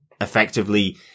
effectively